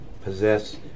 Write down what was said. possess